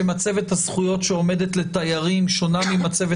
שמצבת הזכויות שעומדת לתיירים שונה ממצבת